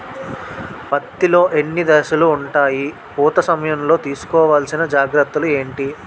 పత్తి లో ఎన్ని దశలు ఉంటాయి? పూత సమయం లో తీసుకోవల్సిన జాగ్రత్తలు ఏంటి?